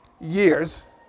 years